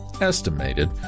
estimated